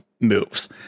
moves